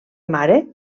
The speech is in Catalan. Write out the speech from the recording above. mare